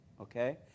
Okay